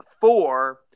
four